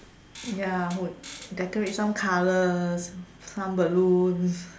ya would decorate some colours some balloons